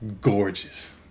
Gorgeous